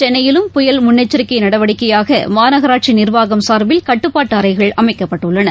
சென்னையிலும் முன்னெச்சரிக்கைநடவடிக்கையாக் மாநகராட்சிநிர்வாகம் சார்பில் புயல் கட்டுப்பாட்டுஅறைகள் அமைக்கப்பட்டுள்ளன